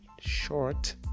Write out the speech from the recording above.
short